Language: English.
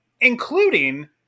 Including